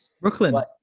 Brooklyn